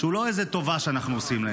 הוא לא איזו טובה שאנחנו עושים להם.